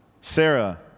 Sarah